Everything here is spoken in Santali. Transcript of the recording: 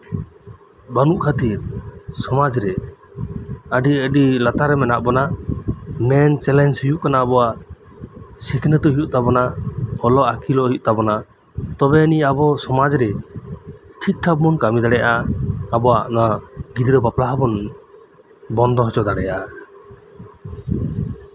ᱵᱟᱹᱱᱩᱜ ᱠᱷᱟᱹᱛᱤᱨ ᱥᱚᱢᱟᱡᱨᱮ ᱟᱹᱰᱤ ᱟᱹᱰᱤ ᱞᱟᱛᱟᱨ ᱨᱮ ᱢᱮᱱᱟᱜ ᱵᱚᱱᱟ ᱢᱮᱱ ᱪᱮᱞᱮᱧᱡ ᱦᱩᱭᱩᱜ ᱠᱟᱱᱟ ᱟᱵᱚᱣᱟᱜ ᱥᱤᱠᱷᱱᱟᱹᱛ ᱦᱩᱭᱩᱜ ᱛᱟᱵᱚᱱᱟ ᱵᱚᱲᱚ ᱟᱹᱠᱤᱞᱚᱜ ᱦᱩᱭᱩᱜ ᱛᱟᱵᱚᱱᱟ ᱛᱚᱵᱮ ᱟᱹᱱᱤᱡ ᱟᱵᱚ ᱥᱚᱢᱟᱡᱨᱮ ᱴᱷᱤᱠ ᱴᱷᱟᱠ ᱵᱚᱱ ᱠᱟᱹᱢᱤ ᱫᱟᱲᱮᱭᱟᱜᱼᱟ ᱟᱵᱚᱣᱟᱜ ᱜᱤᱫᱽᱨᱟᱹ ᱵᱟᱯᱞᱟ ᱦᱚᱸᱵᱚᱱ ᱵᱚᱱᱫᱚ ᱦᱚᱪᱚ ᱫᱟᱲᱮᱭᱟᱜᱼᱟ